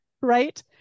right